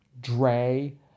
Dre